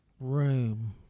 room